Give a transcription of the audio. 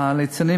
הליצנים